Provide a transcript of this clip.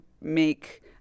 make